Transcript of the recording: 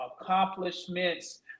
accomplishments